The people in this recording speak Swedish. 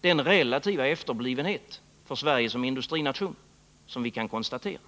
den relativa efterblivenhet för Sverige som industrination som vi kan konstatera.